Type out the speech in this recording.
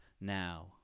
Now